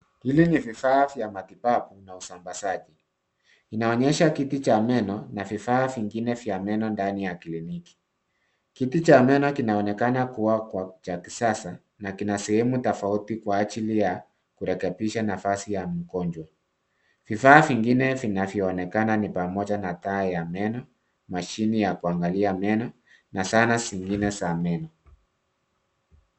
Hivi ni vifaa vya matibabu na usambasaji. Inaonyesha kiti cha meno na vifaa vingine vya meno ndani ya kliniki. Kiti cha meno kinaonekana kuwa cha kisasa na kina sehemu tofauti kwa ajili ya kurekebisha nafasi ya mgonjwa. Vifaa vingine vinavyoonekana ni pamoja na taa ya meno, mashine ya kuangalia meno na zana zingine za meno.